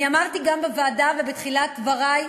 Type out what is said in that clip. אני אמרתי גם בוועדה ובתחילת דברי,